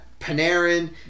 Panarin